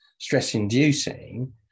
stress-inducing